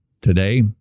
Today